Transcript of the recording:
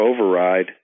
override